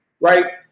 right